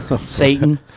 Satan